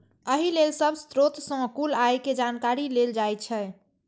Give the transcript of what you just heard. एहि लेल सब स्रोत सं कुल आय के जानकारी लेल जाइ छै